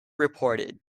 reported